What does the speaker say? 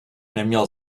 neměl